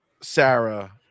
Sarah